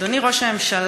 אדוני ראש הממשלה,